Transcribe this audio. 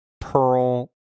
Pearl